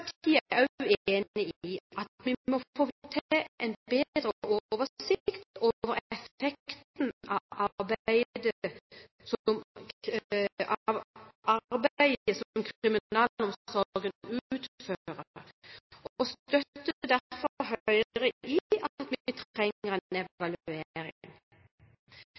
jeg! Fremskrittspartiet er også enig i at vi må få en bedre oversikt over effekten av det arbeidet kriminalomsorgen utfører, og vi støtter derfor Høyre i at vi trenger en evaluering.